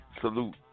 Salute